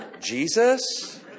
Jesus